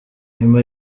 nyuma